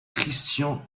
christian